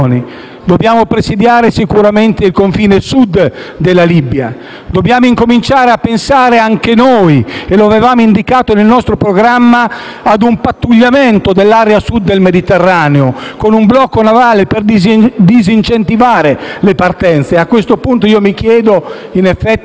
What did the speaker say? Dobbiamo sicuramente presidiare il confine sud della Libia. Dobbiamo cominciare a pensare anche noi - lo avevamo indicato nel nostro programma - a un pattugliamento dell'area Sud del Mediterraneo, con un blocco navale per disincentivare le partenze. A questo punto mi chiedo, in effetti,